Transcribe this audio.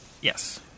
Yes